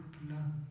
blood